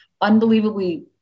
unbelievably